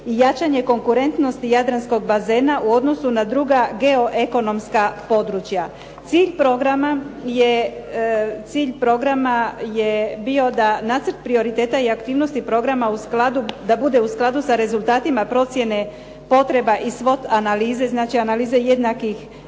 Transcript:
i jačanje konkurentnosti jadranskog bazena u odnosu na druga GO ekonomska područja. Cilj programa je bio da nacrt prioriteta i aktivnosti programa u skladu, da bude u skladu sa rezultatima procjene potreba i …/Govornica se ne razumije./… analize, znači analize jednakih,